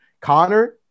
Connor